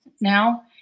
now